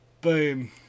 boom